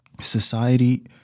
society